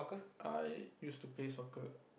I used to play soccer